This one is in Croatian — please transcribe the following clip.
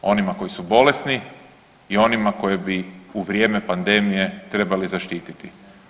Onima koji su bolesni i one koje bi u vrijeme pandemije trebali zaštiti.